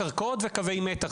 קרקעות וקווי מתח,